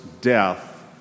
death